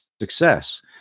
success